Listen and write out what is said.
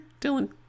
Dylan